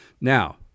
Now